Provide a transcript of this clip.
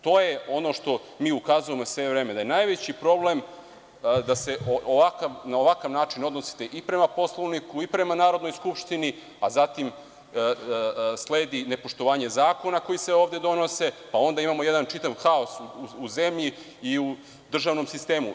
To je ono što mi ukazujemo sve vreme da je najveći problem da se na ovakav način odnosite i prema Poslovniku i prema Narodnoj skupštini, a zatim sledi nepoštovanje zakona koji se ovde donose, pa onda imamo jedan čitav haos u zemlji i u državnom sistemu.